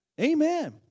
Amen